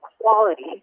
quality